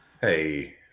Hey